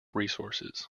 resources